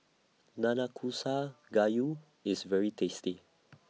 Nanakusa Gayu IS very tasty